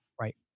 Right